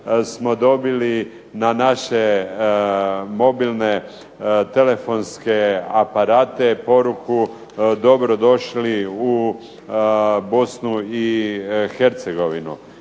smo dobili na naše mobilne telefonske aparate poruku: "Dobrodošli u Bosnu i Hercegovinu."